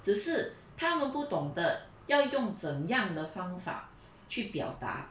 只是他们不懂得要用怎样的方法去表达